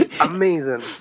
Amazing